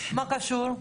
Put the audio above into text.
הוא קשור?